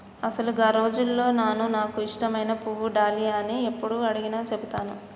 అసలు గా రోజుల్లో నాను నాకు ఇష్టమైన పువ్వు డాలియా అని యప్పుడు అడిగినా సెబుతాను